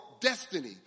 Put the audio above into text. destiny